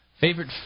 Favorite